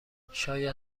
شاید